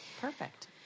Perfect